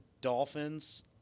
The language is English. Dolphins